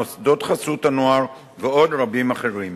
מוסדות חסות הנוער ועוד רבים אחרים.